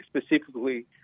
specifically